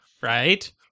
right